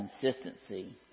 consistency